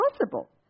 impossible